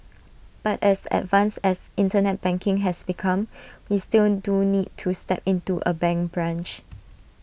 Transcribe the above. but as advanced as Internet banking has become we still do need to step into A bank branch